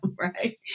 right